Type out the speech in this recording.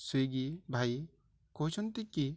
Swiggy ଭାଇ କହୁଛନ୍ତି କି